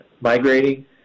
migrating